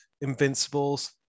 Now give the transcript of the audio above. Invincibles